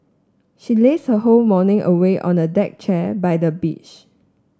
she laze her whole morning away on a deck chair by the beach